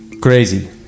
Crazy